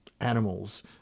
animals